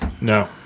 No